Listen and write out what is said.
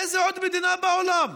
איזו עוד מדינה בעולם?